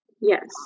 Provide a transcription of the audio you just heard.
Yes